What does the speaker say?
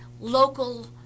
local